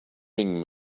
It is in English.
ring